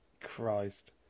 Christ